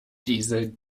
diese